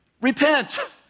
Repent